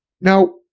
Now